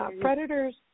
Predators